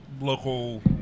local